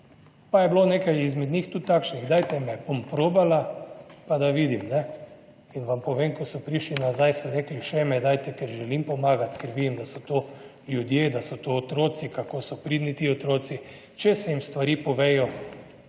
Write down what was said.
pa je bilo nekaj izmed njih tudi takšnih »dajte me, bom probala, pa da vidim« in vam povem, ko so prišli nazaj, so rekli. »še me dajte, ker želim pomagati, ker vidim, da so to ljudje, da so to otroci, kako so pridni ti otroci«, če se jim stvari povejo,